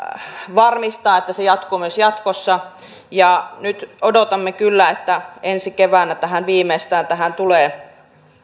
varmistaa että se jatkuu myös jatkossa ja nyt odotamme kyllä että ensi keväänä tähän viimeistään tulee